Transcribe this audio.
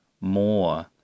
more